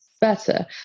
better